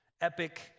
epic